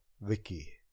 Vicky